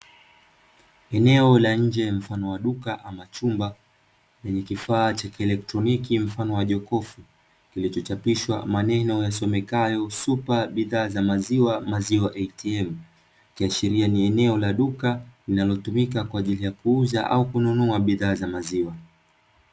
Eneo la nje mfano wa duka au chumba chenye kifaa cha kielektoniki mfano wa jokofu, kilichochapishwa maneno yasomekayo "supa bidhaa za maziwa maziwa ATM" ikiashiria ni la duka linalotumika kwa ajili ya kuuza au kununua bidhaa za maziwa.